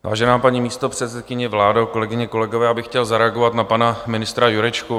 Vážená paní místopředsedkyně, vládo, kolegyně, kolegové, já bych chtěl zareagovat na pana ministra Jurečku.